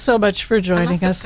so much for joining us